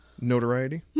Notoriety